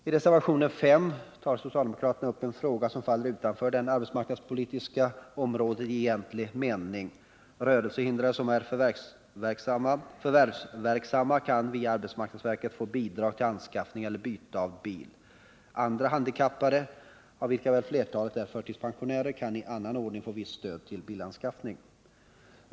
I reservationen 5 tar socialdemokraterna upp en fråga som faller utanför det arbetsmarknadspolitiska området i egentlig mening. Rörelsehindrade som är förvärvsverksamma kan genom arbetsmarknadsverket få bidrag till anskaffning eller byte av bil. Andra handikappade, av vilka väl flertalet är förtidspensionärer, kan i annan ordning få ett visst stöd till bilanskaffning.